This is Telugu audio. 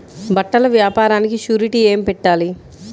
బట్టల వ్యాపారానికి షూరిటీ ఏమి పెట్టాలి?